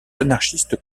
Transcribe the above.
anarchistes